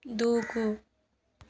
దూకు